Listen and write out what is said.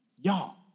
y'all